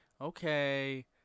okay